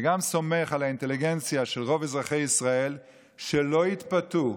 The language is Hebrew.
גם סומך על האינטליגנציה של רוב אזרחי ישראל שלא יתפתו.